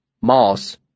Moss